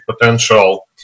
potential